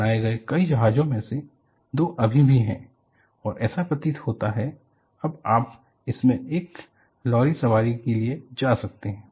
बनाए गए कई जहाजों में से दो अभी भी हैं और ऐसा प्रतीत होता है अब आप इसमें एक जॉली सवारी के लिए जा सकते हैं